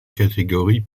catégorie